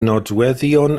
nodweddion